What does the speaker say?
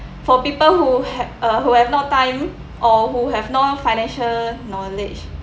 for people who hav~ uh who have no time or who have no financial knowledge